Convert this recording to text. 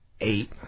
eight